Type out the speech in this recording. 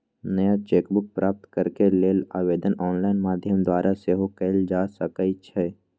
नया cheque book प्राप्त करेके लेल आवेदन ऑनलाइन माध्यम द्वारा सेहो कएल जा सकइ छै